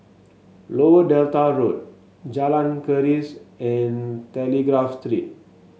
Lower Delta Road Jalan Keris and Telegraph Street